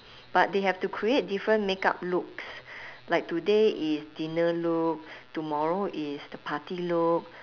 but they have to create different makeup looks like today is dinner look tomorrow is the party look